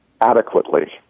adequately